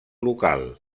local